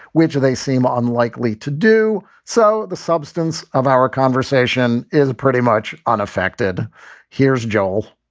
which they seem unlikely to do. so the substance of our conversation is pretty much unaffected here's joel